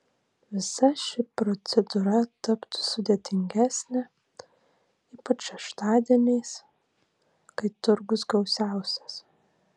visa ši procedūra taptų sudėtingesnė ypač šeštadieniais kai turgus gausiausias